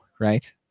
right